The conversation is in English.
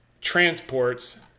transports